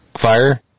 fire